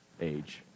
age